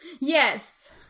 yes